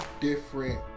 different